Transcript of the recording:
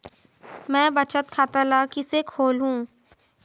मैं बचत खाता ल किसे खोलूं?